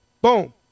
boom